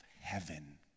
heaven